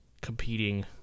competing